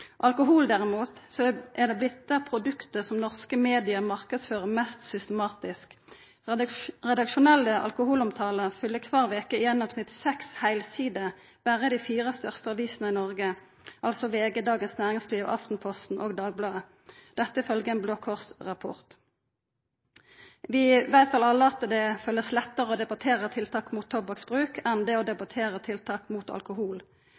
Alkohol er derimot blitt det produktet norske medier marknadsfører mest systematisk. Redaksjonelle alkoholomtaler fyller ifølgje ein Blå Kors-rapport kvar veke i gjennomsnitt seks heilsider berre i dei fire største avisene i Noreg – altså VG, Dagens Næringsliv, Aftenposten og Dagbladet. Vi veit alle at det følest lettare å debattera tiltak mot tobakksbruk enn å debattera tiltak mot alkohol.